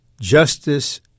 justice